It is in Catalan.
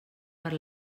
per